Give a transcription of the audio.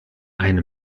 eine